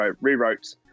rewrote